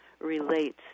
relates